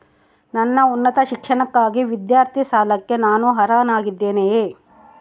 ನನ್ನ ಉನ್ನತ ಶಿಕ್ಷಣಕ್ಕಾಗಿ ವಿದ್ಯಾರ್ಥಿ ಸಾಲಕ್ಕೆ ನಾನು ಅರ್ಹನಾಗಿದ್ದೇನೆಯೇ?